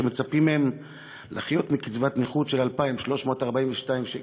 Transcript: שמצפים מהם לחיות מקצבת נכות של 2,342 שקל.